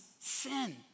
sin